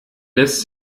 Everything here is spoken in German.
lässt